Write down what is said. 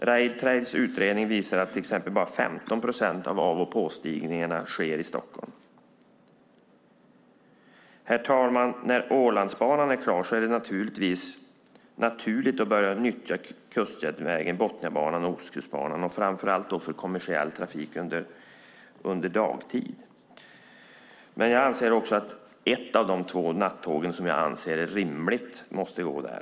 Transrails utredning visar att endast 15 procent av av och påstigningarna sker i Stockholm. Fru talman! När Ådalsbanan är klar är det naturligt att börja nyttja kustjärnvägen, Botniabanan och Ostkustbanan, och då framför allt för kommersiell trafik under dagtid. Jag anser att det är rimligt att ett av de två nattågen ska gå där. Min fundering är: Hur ser statsrådet på det?